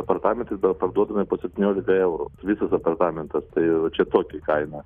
apartamentai dabar parduodami po septyniolika eurų visas apartamentas tai va čia tokį kaina